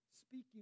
speaking